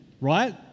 right